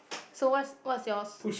so what's what's your